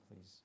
please